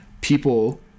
People